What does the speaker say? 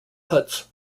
huts